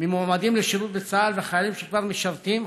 ממועמדים לשירות בצה"ל וחיילים שכבר משרתים,